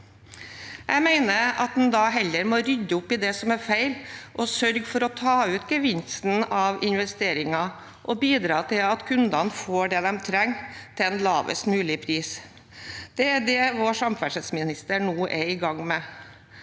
Jeg mener en da heller må rydde opp i det som er feil, sørge for å ta ut gevinsten av investeringen og bidra til at kundene får det de trenger, til en lavest mulig pris. Det er det vår samferdselsminister nå er i gang med.